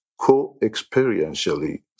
co-experientially